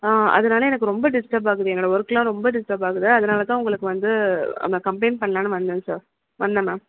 அதனால எனக்கு ரொம்ப டிஸ்டர்ப் ஆகுது என்னோடய ஒர்க்குலாம் ரொம்ப டிஸ்டர்ப் ஆகுது அதனால தான் உங்களுக்கு வந்து நான் கம்ப்ளைன் பண்ணலாம்னு வந்தேன் சார் வந்தேன் மேம்